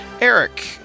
Eric